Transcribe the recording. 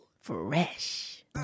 Fresh